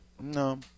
No